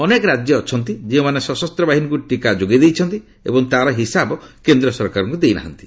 ଅନେକ ରାଜ୍ୟ ଅଛନ୍ତି ଯେଉଁମାନେ ସଶସ୍ତ୍ରବାହିନୀକୁ ଟିକା ଯୋଗାଇଛନ୍ତି ଏବଂ ତା'ର ହିସାବ କେନ୍ଦ୍ର ସରକାରଙ୍କୁ ଦେଇନାହାନ୍ତି